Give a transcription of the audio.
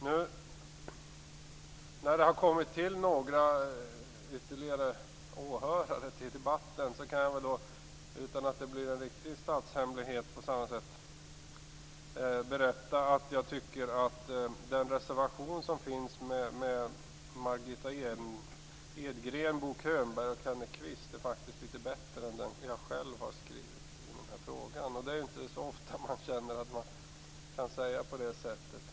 Nu när det har kommit några ytterligare åhörare till debatten kan jag berätta - utan att det blir en statshemlighet - att jag tycker att Margitta Edgrens, Bo Könbergs och Kenneth Kvists reservation är litet bättre än den jag själv har skrivit i frågan. Det är inte så ofta man kan säga så.